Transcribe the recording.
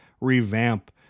revamp